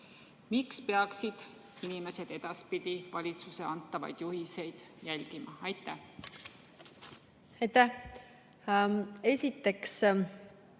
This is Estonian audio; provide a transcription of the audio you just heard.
Miks peaksid inimesed edaspidi valitsuse antavaid juhiseid järgima? Aitäh! Esiteks